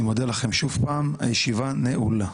אני מודה לכם שוב פעם, הישיבה נעולה.